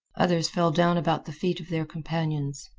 others fell down about the feet of their companions.